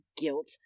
Guilt